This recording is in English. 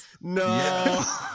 No